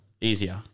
easier